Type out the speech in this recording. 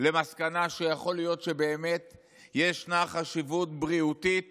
למסקנה שיכול להיות שבאמת ישנה חשיבות בריאותית